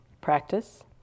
practice